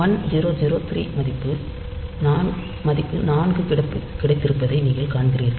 1003 மதிப்பு நான்கு கிடைத்திருப்பதை நீங்கள் காண்கிறீர்கள்